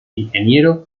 ingeniero